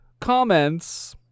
comments